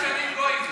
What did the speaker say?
אולי שחקנים גויים.